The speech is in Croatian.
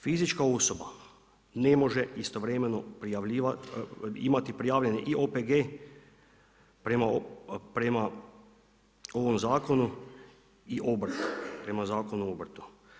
Fizička osoba ne može istovremeno imati prijavljene i OPG prema ovom zakonu i obrtu, prema Zakonu o obrtu.